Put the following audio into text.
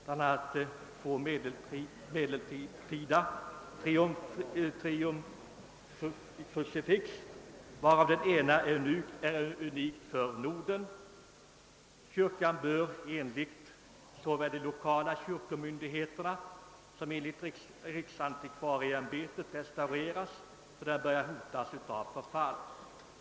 Bland annat finns två medeltida triumfkrucifix, av vilka det ena är unikt för Norden. Kyrkan bör enligt såväl de lokala kyrkomyndigheterna som riksantikvarieämbetet restaureras, eftersom den börjar hotas av förfall.